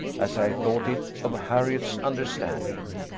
as i thought it, of harriot's understanding.